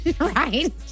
right